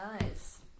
Nice